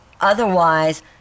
Otherwise